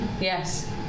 Yes